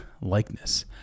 likeness